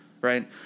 right